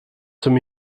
som